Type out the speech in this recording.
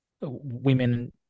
women